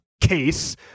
case